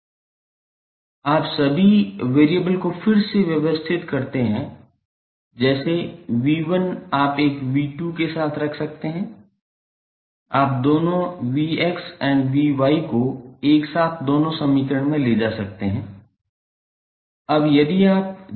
आप सभी चर को फिर से व्यवस्थित कर सकते हैं जैसे 𝑉1 आप एक 𝑉2 साथ रख सकते हैं आप दोनों 𝑉𝑋 and 𝑉𝑌 को एक साथ दोनों समीकरणों में ले जा सकते हैं